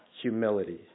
humility